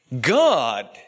God